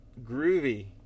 Groovy